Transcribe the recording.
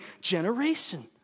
generation